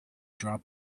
drop